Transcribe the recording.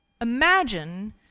Imagine